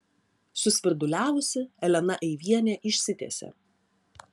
susvirduliavusi elena eivienė išsitiesė